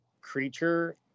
creature